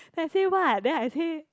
I say what then I say